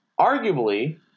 arguably—